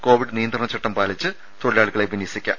Covid നിയന്ത്രണചട്ടം പാലിച്ച് തൊഴിലാളികളെ വിന്യസിക്കാം